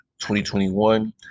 2021